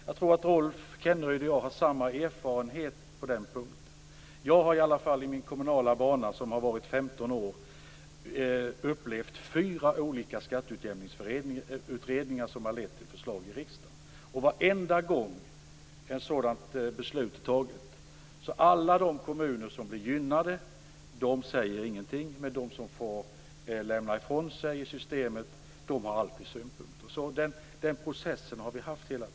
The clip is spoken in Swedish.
Jag tror att Rolf Kenneryd och jag har samma erfarenhet på den punkten. Jag har under min 15-åriga kommunala bana upplevt fyra skatteutjämningsutredningar som har lett till förslag i riksdagen. Varenda gång ett beslut med anledning av dem har tagits har alla de kommuner som gynnats inte sagt någonting medan de som har fått bidra till systemet har anfört synpunkter. Vi har hela tiden haft en sådan process.